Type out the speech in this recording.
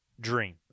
dream